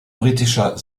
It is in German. britischer